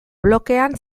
blokean